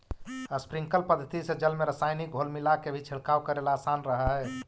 sprinkler पद्धति से जल में रसायनिक घोल मिलाके भी छिड़काव करेला आसान रहऽ हइ